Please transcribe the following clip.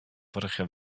vorige